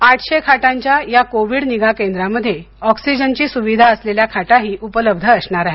आठशे खाटांच्या या कोविड निगा केंद्रामध्ये ऑक्सीजनची सुविधा असलेल्या खाटाही उपलब्ध असणार आहेत